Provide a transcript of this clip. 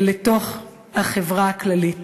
לתוך החברה הכללית.